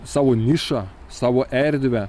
savo nišą savo erdvę